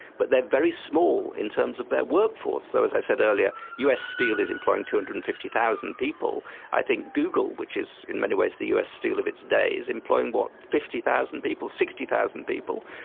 but they are very small in terms of their workforce. so, as i said earlier, us steel is employing two hundred and fifty thousand people. i think google, which is in many ways the us steel of its day, is employing but fifty thousand people, sixty thousand people.